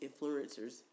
influencers